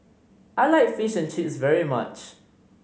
I like Fish and Chips very much